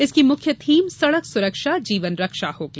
इसकी मुख्य थीम सड़क सुरक्षा जीवन रक्षा होगी